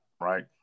right